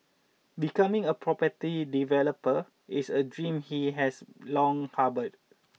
becoming a property developer is a dream he has long harboured